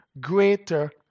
greater